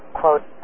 quote